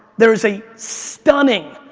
there is a stunning,